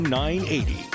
980